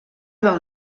del